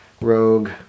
Rogue